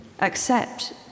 Accept